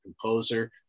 composer